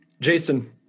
jason